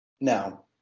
now